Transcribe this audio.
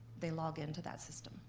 they log into that system.